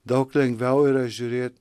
daug lengviau yra žiūrėt